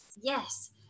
yes